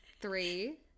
three